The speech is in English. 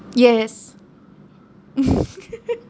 yes